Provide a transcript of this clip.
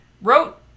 wrote